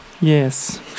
yes